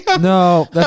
No